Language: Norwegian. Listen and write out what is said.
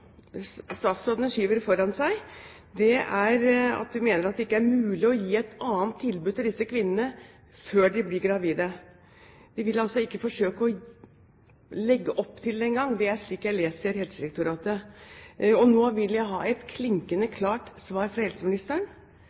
statsråden skyver foran seg, mener de at det ikke er mulig å gi et annet tilbud til disse kvinnene før de blir gravide. De vil altså ikke forsøke å legge opp til det engang, det er slik jeg leser Helsedirektoratet. Nå vil jeg ha et klinkende klart svar fra helseministeren: